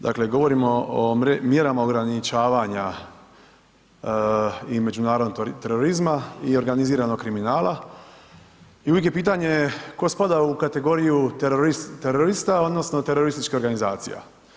Dakle govorimo o mjerama ograničavanja i međunarodnog terorizma i organiziranog kriminala i uvijek je pitanje tko spada u kategoriju terorista odnosno terorističkih organizacija.